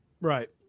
Right